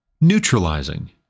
neutralizing